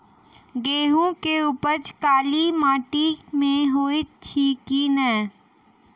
गेंहूँ केँ उपज काली माटि मे हएत अछि की नै?